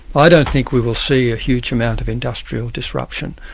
i don't think we will see a huge amount of industrial disruption,